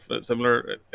similar